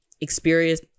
experience